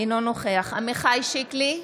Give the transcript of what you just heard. אינו נוכח עמיחי שיקלי,